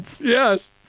Yes